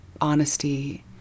honesty